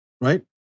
right